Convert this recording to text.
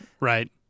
Right